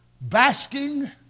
basking